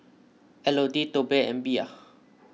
Elodie Tobe and Bea